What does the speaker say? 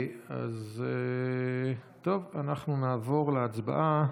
טוב, אנחנו נעבור להצבעה.